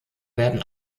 werden